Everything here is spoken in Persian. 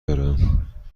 دارم